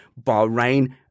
Bahrain